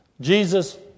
Jesus